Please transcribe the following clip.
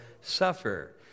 suffer